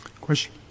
Question